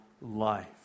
life